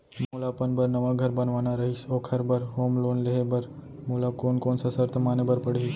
मोला अपन बर नवा घर बनवाना रहिस ओखर बर होम लोन लेहे बर मोला कोन कोन सा शर्त माने बर पड़ही?